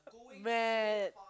mad